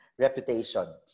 Reputation